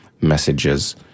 messages